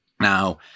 Now